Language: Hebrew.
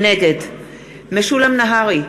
נגד משולם נהרי,